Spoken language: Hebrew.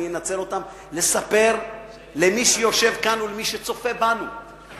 אני אנצל אותן כדי לספר למי שיושב כאן ולמי שצופה בנו מה